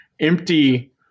empty